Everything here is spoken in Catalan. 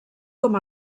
com